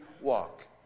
walk